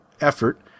effort